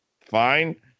fine